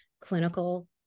clinical